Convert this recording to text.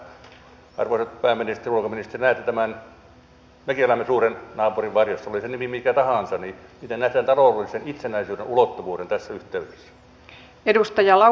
miten arvoisat pääministeri ja ulkoministeri näette tämän näkymämme suuren naapurin varjossa oli sen nimi mikä tahansa miten näette tämän taloudellisen itsenäisyyden ulottuvuuden tässä yhteydessä